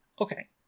Okay